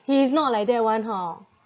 he is not like that [one] hor